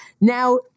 Now